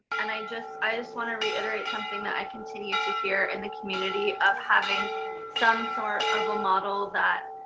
and i just i just want to reiterate something that i continue to hear in the community of having some sort of a model that,